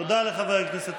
תודה רבה, חבריי חברי הכנסת,